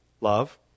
love